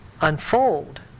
unfold